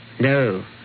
No